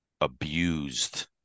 abused